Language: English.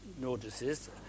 notices